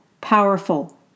powerful